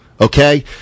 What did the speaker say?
okay